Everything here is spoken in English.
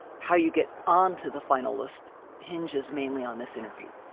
how you get on to the final list hinges mainly on this interview.